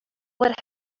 what